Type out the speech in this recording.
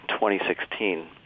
2016